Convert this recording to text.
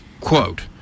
quote